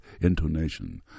intonation